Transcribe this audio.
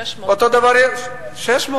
600 מיליון בסך הכול.